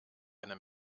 eine